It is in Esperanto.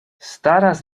staras